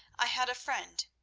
i had a friend,